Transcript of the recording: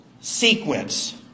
sequence